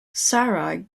sarah